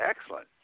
Excellent